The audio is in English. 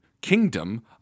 kingdom